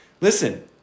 Listen